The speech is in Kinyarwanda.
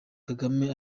kagame